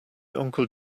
uncle